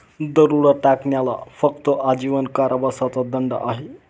दरोडा टाकण्याला फक्त आजीवन कारावासाचा दंड आहे